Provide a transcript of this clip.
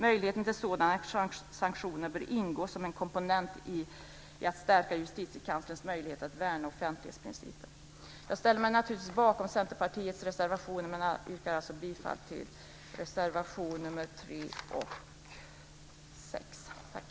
Möjligheten till sådana sanktioner bör ingå som en komponent i att stärka justitiekanslerns möjligheter att värna offentlighetsprincipen. Jag ställer mig naturligtvis bakom Centerpartiets reservationer men yrkar endast bifall till reservationerna nr 3 och 6.